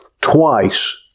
twice